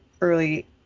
early